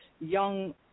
young